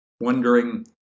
wondering